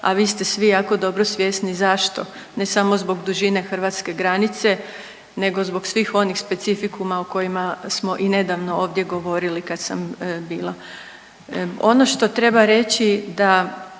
a vi ste svi jako dobro svjesni zašto, ne samo zbog dužine hrvatske granice nego zbog svih onih specifikuma o kojima smo i nedavno ovdje govorili kad sam bila. Ono što treba reći da